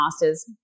master's